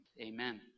Amen